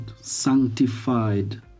sanctified